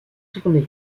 tournai